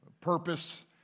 Purpose